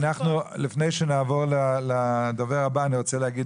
לפני שנעבור לדובר הבא, אני רוצה להגיד